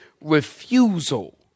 refusal